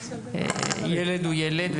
ילד הוא ילד,